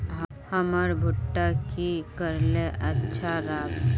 हमर भुट्टा की करले अच्छा राब?